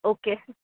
okay